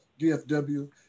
DFW